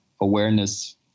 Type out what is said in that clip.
awareness